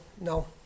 no